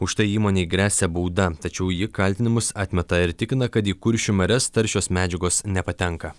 už tai įmonei gresia bauda tačiau ji kaltinimus atmeta ir tikina kad į kuršių marias taršios medžiagos nepatenka